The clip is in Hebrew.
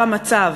"חדר המצב",